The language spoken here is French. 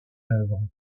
œuvre